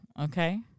okay